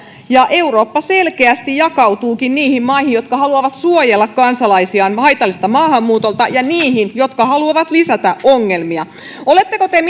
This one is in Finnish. ja eurooppa selkeästi jakautuukin niihin maihin jotka haluavat suojella kansalaisiaan haitalliselta maahanmuutolta ja niihin jotka haluavat lisätä ongelmia oletteko te